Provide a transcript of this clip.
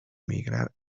emigrar